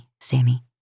Sammy